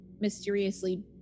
Mysteriously